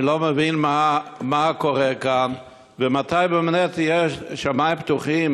אני לא מבין מה קורה כאן ומתי באמת יהיו שמים פתוחים,